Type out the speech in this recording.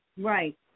right